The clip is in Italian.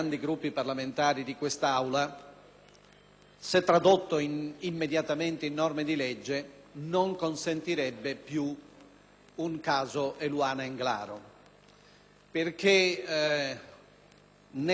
se tradotto immediatamente in norme di legge, non consentirebbe più un caso Eluana Englaro. Nella mozione del Partito